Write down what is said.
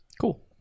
cool